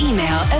Email